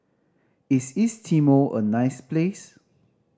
is East Timor a nice place